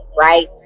right